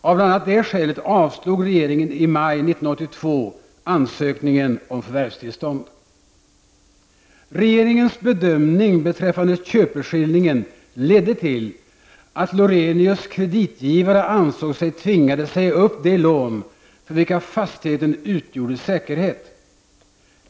Av bl.a. det skälet avslog regeringen i maj 1982 ansökningen om förvärvstillstånd. Regeringens bedömning beträffande köpeskillingen ledde till att Lorenius kreditgivare ansåg sig tvingade att säga upp de lån för vilka fastigheten utgjorde säkerhet.